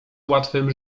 łatwym